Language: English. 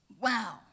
Wow